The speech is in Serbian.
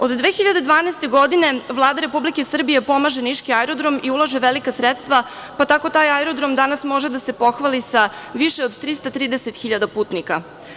Od 2012. godine Vlada Republike Srbije pomaže niški aerodrom i ulaže velika sredstva, pa tako taj aerodrom danas može da se pohvali sa više od 330 hiljada putnika.